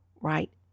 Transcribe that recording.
right